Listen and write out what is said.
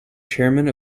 chairman